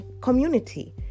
community